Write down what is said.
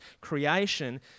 creation